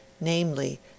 namely